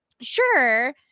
sure